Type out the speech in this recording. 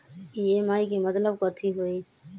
EMI के मतलब कथी होई?